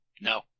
No